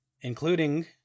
including